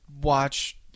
watch